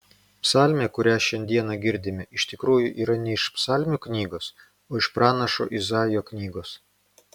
psalmė kurią šiandieną girdime iš tikrųjų yra ne iš psalmių knygos o iš pranašo izaijo knygos